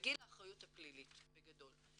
12. בגיל האחריות הפלילית, בגדול.